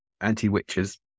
anti-witches